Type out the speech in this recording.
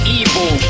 evil